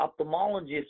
ophthalmologist